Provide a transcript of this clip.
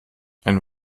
ein